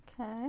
Okay